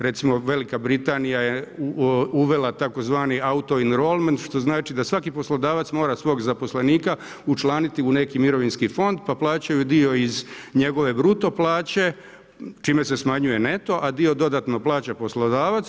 Recimo Velika Britanija je uvela tzv. auto enrolment što znači da svaki poslodavac mora svog zaposlenika učlaniti u neki mirovinski fond pa plaćaju dio iz njegove bruto plaće, čime se smanjuje neto a dio dodatno plaća poslodavac.